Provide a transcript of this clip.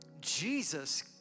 Jesus